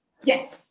Yes